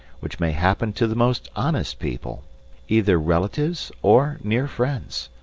which may happen to the most honest people either relatives or near friends,